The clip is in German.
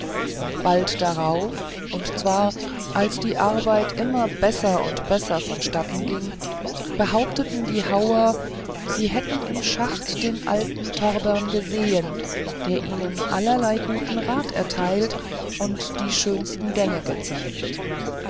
bald dar auf und zwar als die arbeit immer besser und besser vonstatten ging behaupteten die hauer sie hätten im schacht den alten torbern gesehen der ihnen allerlei guten rat erteilt und die schönsten gänge gezeigt